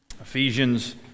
Ephesians